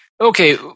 Okay